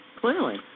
Clearly